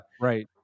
Right